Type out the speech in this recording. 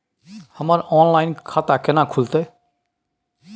हमर ऑनलाइन खाता केना खुलते?